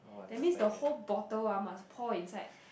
that means the whole bottle ah must pour inside